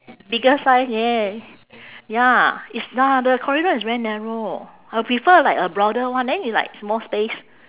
bigger size yes ya it's ya the corridor is very narrow I would prefer like a broader one then it's like more space